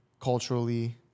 Culturally